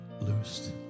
loosed